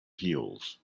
heels